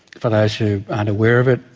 for those who aren't aware of it,